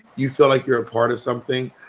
you feel like you're a part of something,